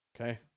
Okay